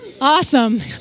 Awesome